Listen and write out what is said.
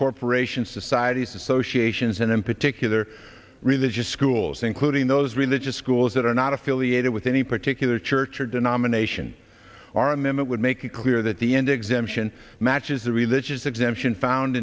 corporation societies associations and in particular religious schools including those religious schools that are not affiliated with any particular church or denomination or a minute would make it clear that the end exemption matches the religious exemption found